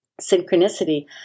Synchronicity